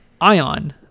ion